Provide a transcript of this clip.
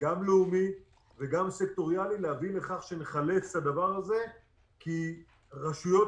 גם לאומי וגם סקטוריאלי להביא לכך שנחלץ את הדבר הזה כי רשויות